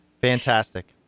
Fantastic